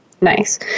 nice